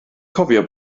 cofio